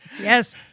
Yes